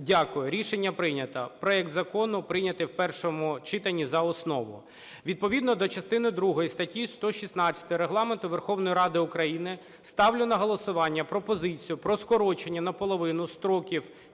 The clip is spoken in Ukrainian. Дякую, рішення прийнято. Проект Закону прийнято в першому читанні за основу. Відповідно до частини другої статті 116 Регламенту Верховної Ради України ставлю на голосування пропозицію про скорочення наполовину строків